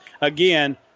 again